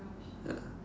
ya